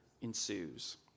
ensues